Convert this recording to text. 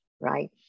right